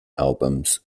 albums